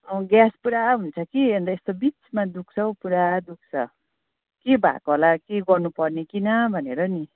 अँ ग्यास पुरा हुन्छ कि अनि यस्तो बिचमा दुख्छ हौ पुरा दुख्छ के भएको होला के गर्नुपर्ने कि ना भनेर नि